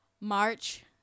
March